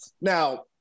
now